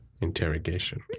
Interrogation